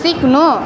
सिक्नु